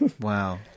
Wow